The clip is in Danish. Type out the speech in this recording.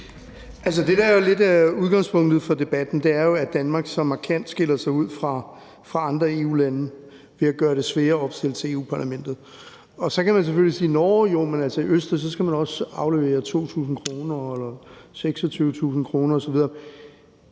Det, der lidt er udgangspunktet for debatten, er jo, at Danmark så markant skiller sig ud fra andre EU-lande, ved at vi gør det sværere at opstille til Europa-Parlamentet. Så kan man selvfølgelig sige: Nåh jo, men i Østrig skal man også aflevere 2.000 kr. eller 26.000 kr. osv.